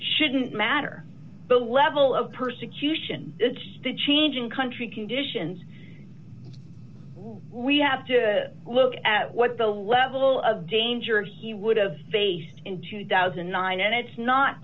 shouldn't matter the level of persecution it's just a change in country conditions we have to look at what the level of danger he would have faced in two thousand and nine and it's not